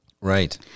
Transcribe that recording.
Right